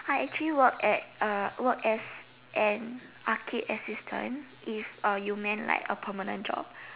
I actually work at as an arcade assistant if you meant a permanent job